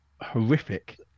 horrific